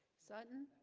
sutton